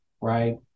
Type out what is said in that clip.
right